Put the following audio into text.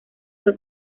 fue